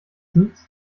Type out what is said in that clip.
nützt